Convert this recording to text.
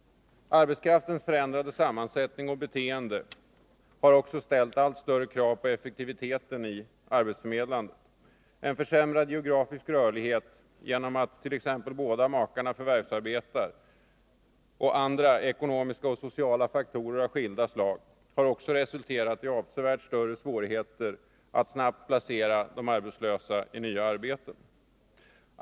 Arbetskraftens förändrade sammansättning och beteende ställer allt större krav på effektiviteten i arbetsförmedlandet. En försämrad geografisk rörlighet genom att t.ex. båda makarna förvärvsarbetar och andra ekonomiska och sociala faktorer av skilda slag har också resulterat i avsevärt större svårigheter att snabbt placera de arbetslösa i nya arbeten.